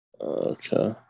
Okay